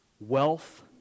wealth